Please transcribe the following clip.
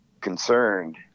concerned